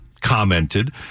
commented